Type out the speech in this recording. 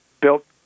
built